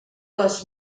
les